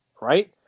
right